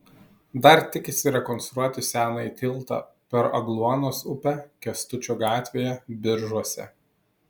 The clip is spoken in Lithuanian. dar tikisi rekonstruoti senąjį tiltą per agluonos upę kęstučio gatvėje biržuose